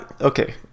okay